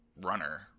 runner